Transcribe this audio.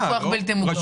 אין להם כוח בלתי מוגבל.